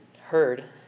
heard